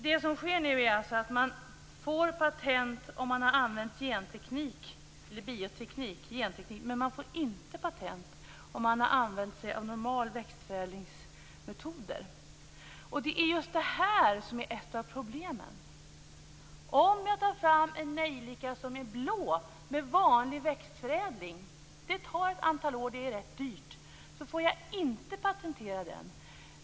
Det som sker nu är att man får patent om man har använt genteknik eller bioteknik, men man får inte patent om man har använt sig av normala växtförädlingsmetoder. Det är just det här som är ett av problemen. Om jag tar fram en nejlika som är blå med vanlig växtförädling - det tar ett antal år och är rätt dyrt - får jag inte patentera den.